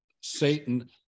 Satan